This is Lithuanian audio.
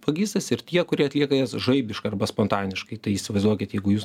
vagystes ir tie kurie atlieka jas žaibiškai arba spontaniškai tai įsivaizduokit jeigu jūs